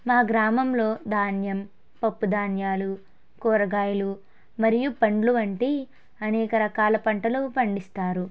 మా గ్రామంలో ధాన్యం పప్పు ధాన్యాలు కూరగాయలు మరియు పండ్లు వంటి అనేక రకాల పంటలు పండిస్తారు